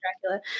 Dracula